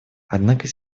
однако